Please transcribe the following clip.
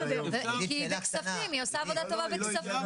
כי היא בכספים, היא עושה עבודה טובה בכספים.